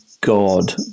god